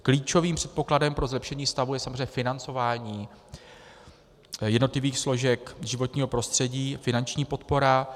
Klíčovým předpokladem pro zlepšení stavu je samozřejmě financování jednotlivých složek životního prostředí, finanční podpora.